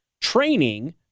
training